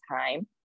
time